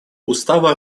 устава